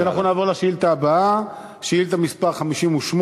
אז אנחנו נעבור לשאילתה הבאה, שאילתה מס' 58: